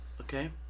Okay